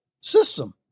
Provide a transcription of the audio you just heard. system